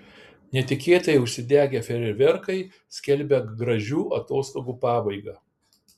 netikėtai užsidegę fejerverkai skelbia gražių atostogų pabaigą